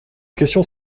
questions